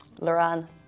Lauren